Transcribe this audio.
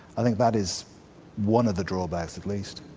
i think that is one of the drawbacks at least.